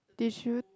did you